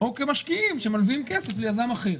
או כמשקיעים שמלווים כסף ליזם אחר,